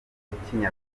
baganiriye